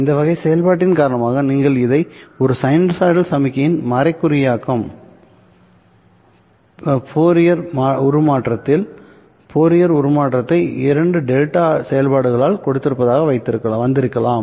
இந்த வகை செயல்பாட்டின் காரணமாக நீங்கள் இதை ஒரு சைனூசாய்டல் சமிக்ஞையின் மறைகுறியாக்கம் ஃபுரியர் உருமாற்றத்தில் ஃபோரியர் உருமாற்றத்தைக் 2 டெல்டா செயல்பாடுகளால் கொடுப்பதாக வந்திருக்கலாம்